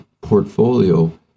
portfolio